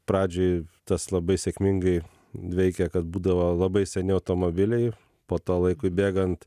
pradžioj tas labai sėkmingai veikė kad būdavo labai seni automobiliai po to laikui bėgant